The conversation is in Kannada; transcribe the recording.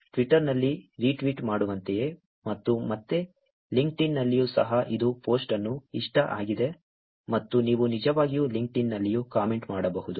ಟ್ವಿಟರ್ನಲ್ಲಿ ರಿಟ್ವೀಟ್ ಮಾಡುವಂತೆಯೇ ಮತ್ತು ಮತ್ತೆ ಲಿಂಕ್ಡ್ಇನ್ನಲ್ಲಿಯೂ ಸಹ ಇದು ಪೋಸ್ಟ್ ಅನ್ನು ಇಷ್ಟ ಆಗಿದೆ ಮತ್ತು ನೀವು ನಿಜವಾಗಿಯೂ ಲಿಂಕ್ಡ್ಇನ್ನಲ್ಲಿಯೂ ಕಾಮೆಂಟ್ ಮಾಡಬಹುದು